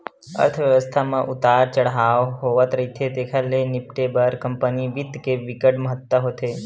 अर्थबेवस्था म उतार चड़हाव होवथ रहिथे तेखर ले निपटे बर कंपनी बित्त के बिकट महत्ता होथे